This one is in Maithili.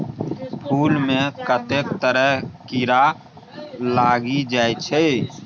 फुल मे कतेको तरहक कीरा लागि जाइ छै